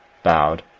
bowed,